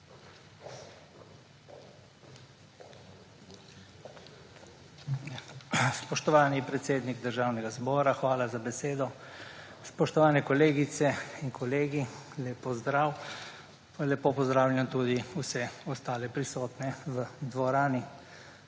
Spoštovani predsednik Državnega zbora, hvala za besedo. Spoštovani kolegice in kolegi, lep pozdrav. Lepo pozdravljam tudi vse ostale prisotne v dvorani.